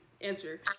answer